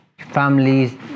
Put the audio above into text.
families